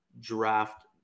draft